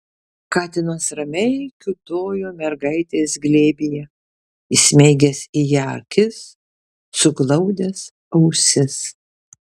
katinas ramiai kiūtojo mergaitės glėbyje įsmeigęs į ją akis suglaudęs ausis